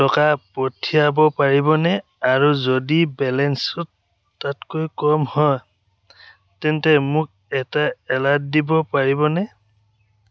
টকা পঠিয়াব পাৰিবনে আৰু যদি বেলেঞ্চত তাতকৈ কম হয় তেন্তে মোক এটা এলাৰ্ট দিব পাৰিবনে